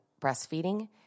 breastfeeding